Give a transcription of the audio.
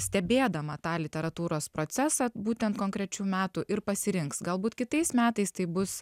stebėdama tą literatūros procesą būtent konkrečių metų ir pasirinks galbūt kitais metais taip bus